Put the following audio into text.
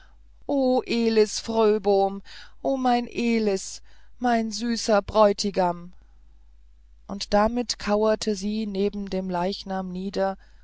elis fröbom o mein elis mein süßer bräutigam und damit kauerte sie neben dem leichnam nieder